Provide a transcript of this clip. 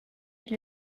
qui